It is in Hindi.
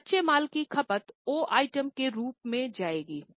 तो कच्चे माल की खपत ओ आइटम के रूप में जाएगी